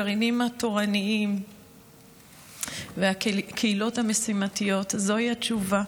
הגרעינים התורניים והקהילות המשימתיות הם התשובה.